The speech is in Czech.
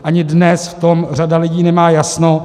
Ani dnes v tom řada lidí nemá jasno.